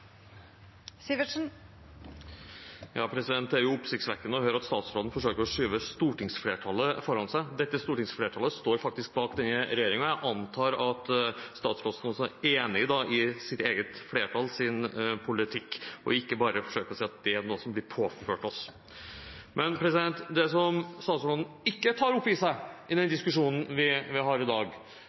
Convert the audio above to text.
Det er oppsiktsvekkende å høre at statsråden forsøker å skyve stortingsflertallet foran seg. Dette stortingsflertallet står faktisk bak denne regjeringen. Jeg antar at statsråden også er enig i politikken til eget flertall og ikke bare forsøker å si at det er noe som blir påført «oss». Det statsråden ikke tar til seg i den diskusjonen vi har i dag,